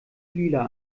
lila